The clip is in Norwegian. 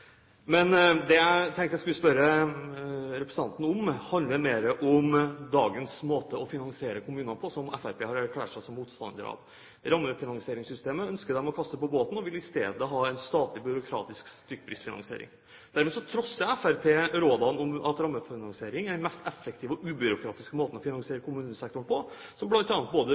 Men det jeg tenkte jeg skulle spørre representanten om, handler mer om dagens måte å finansiere kommunene på, som Fremskrittspartiet har erklært seg som motstander av. Rammefinansieringssystemet ønsker de å kaste på båten og vil i stedet ha en statlig byråkratisk stykkprisfinansiering. Dermed trosser Fremskrittspartiet rådene om at rammefinansiering er den mest effektive og ubyråkratiske måten å finansiere kommunesektoren på, som bl.a. både